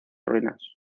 ruinas